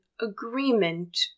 agreement